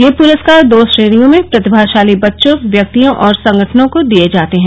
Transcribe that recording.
यह पुरस्कार दो श्रेणियों में प्रतिभाशाली बच्चों व्यक्तियों और संगठनों को दिए जाते हैं